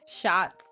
shots